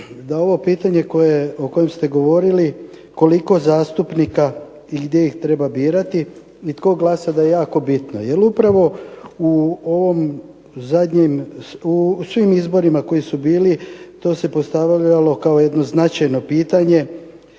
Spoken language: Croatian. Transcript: da ovo pitanje o kojem ste govorili koliko zastupnika i gdje ih treba birati i tko glasa da je jako bitno. Jer upravo u ovom zadnjem, u svim izborima koji su bili to se postavljalo kao jedno značajno pitanje